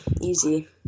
easy